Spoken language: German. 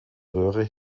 röhre